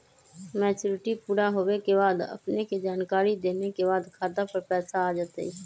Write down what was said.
Maturity पुरा होवे के बाद अपने के जानकारी देने के बाद खाता पर पैसा आ जतई?